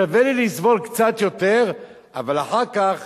שווה לי לסבול קצת יותר אבל אחר כך